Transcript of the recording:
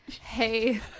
hey